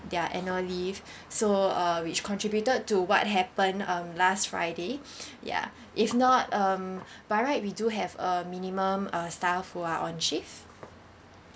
their annual leave so uh which contributed to what happened um last friday ya if not um by right we do have a minimum uh staff who are on shift